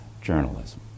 journalism